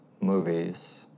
movies